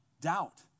doubt